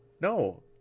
no